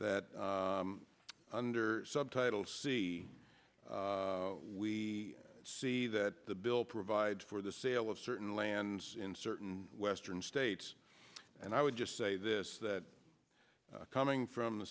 that under subtitle c we see that the bill provides for the sale of certain lands in certain western states and i would just say this that coming from the